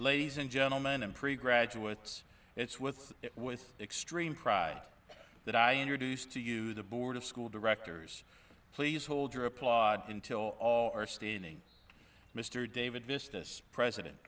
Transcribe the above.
ladies and gentlemen and pretty graduates it's with extreme pride that i introduce to you the board of school directors please hold your applause until all are standing mr david business president